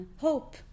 hope